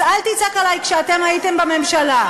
אז אל תצעק עלי: כשאתם הייתם בממשלה.